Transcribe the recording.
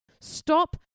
Stop